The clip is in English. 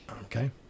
okay